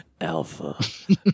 Alpha